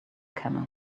camels